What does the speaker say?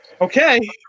Okay